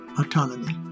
autonomy